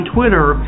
Twitter